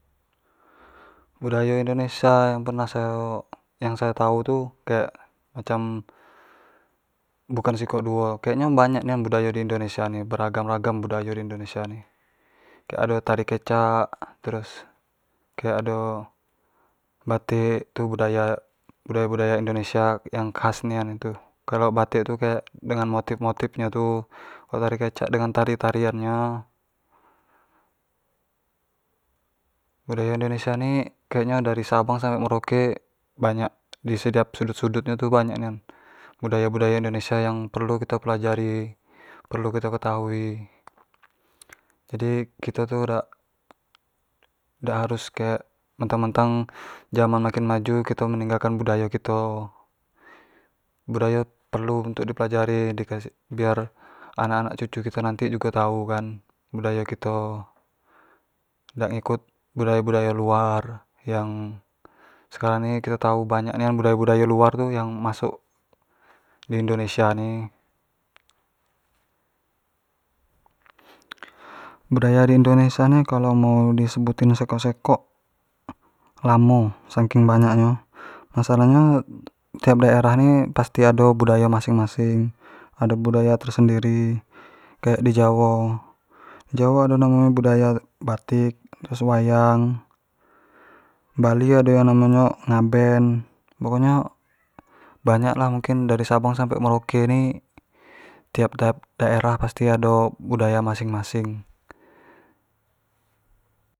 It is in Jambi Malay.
budayo indonesia tu yang pernah sayo tau tu kayak macam bukan sekok duo, kayak nyo banyak nian lah budayo di indonesia ini beragam- ragam budayo di indonesia ni, kek ado tari kecak terus kek ado batik tu budaya budaya budaya indonesia yang khas nian itu, kalau batik kayak dengan motif motif nyo tu, kalau tari kecak dengan tarian tarian nyo, budayo indonesia i kyak nyo dari sabang sampai merauke banyak di setiap sudut sudut nyo tu banyak nian budayo budayo indonesia yang perlu kiot pelajari, perlu kito ketahui jadi kito tu dak dak harus kek mentang mentang zaman makin maju kito meninggal kan budayo kito budayo perlu untuk di pelajari, di kasih biar anak anak cucu kito nanti tau kan budayo kito, dak ngikut budayo budayo luar yangh sekarang ni kito tau banyak nian budayo budayo luar yang masuk ke indonesia ni budaya di indonesia ni kalau mau di sebutin sekok sekok lamo saking banyak nyo masalah nyo tiap daerah ni pasti ado budayo masing masing, budayo tersendiri. kayak di jawo, di jawo ado namo nyo budayo batik, terus wayang, bali ado yang namo nyo ngaben, pokok nyo banyak nyo mungkin dari sabang sampai merauke ni tiap tiap daerah pasti ado budayo budayo masing masing